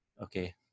okay